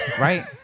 right